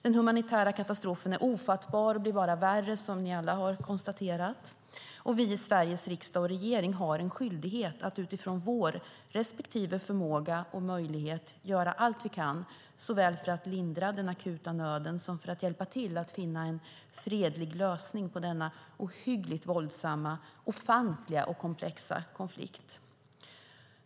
Den humanitära katastrofen är ofattbar och blir bara värre, som ni alla har konstaterat. Vi i Sveriges riksdag och regering har en skyldighet att utifrån vår respektive förmåga och möjlighet göra allt vi kan såväl för att lindra den akuta nöden som för att hjälpa till att finna en fredlig lösning på denna ohyggligt våldsamma, ofantliga och komplexa konflikt.